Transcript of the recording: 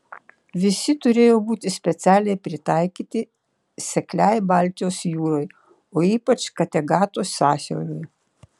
visi turėjo būti specialiai pritaikyti sekliai baltijos jūrai o ypač kategato sąsiauriui